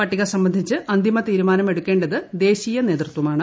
പട്ടികസംബന്ധിച്ച് അന്തിമ തീരുമാനം എടുക്കേണ്ടത് ദേശീയ നേതൃത്വമാണ്